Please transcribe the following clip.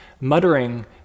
Muttering